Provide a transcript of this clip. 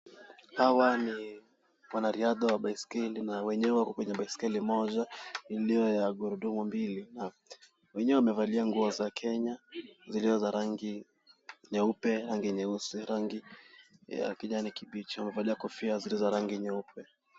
Hawa ni wanariadha wa baiskeli na wenyewe wako kwenye baiskeli moja iliyo ya gurudumu mbili. Wenyewe wamevalia nguo za Kenya zilizo za rangi nyeupe na rangi nyeusi, rangi ya kijani kibichi wamevalia kofia zilizo za rangi nyeupe.